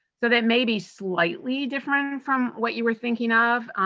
so that may be slightly different from what you were thinking of.